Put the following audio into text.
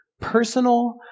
personal